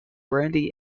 brandy